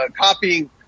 copying